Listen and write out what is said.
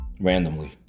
randomly